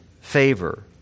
favor